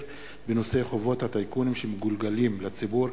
בנושא: חובות הטייקונים שמגולגלים לציבור,